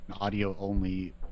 audio-only